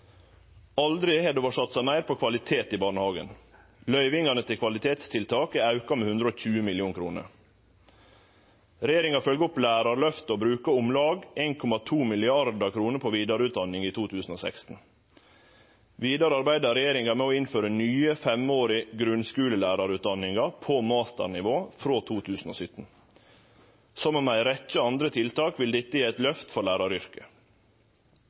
Aldri har det vore satsa meir på kvalitet i barnehagen. Løyvingane til kvalitetstiltak er auka med 120 mill. kr. Regjeringa følgjer opp Lærarløftet og bruker omtrent 1,2 mrd. kr på vidareutdanning i 2016. Vidare arbeider regjeringa med å innføre nye, femårige grunnskulelærarutdanningar på masternivå frå 2017. Saman med ei rekkje andre tiltak vil dette gi eit løft for læraryrket.